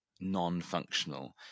non-functional